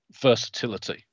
versatility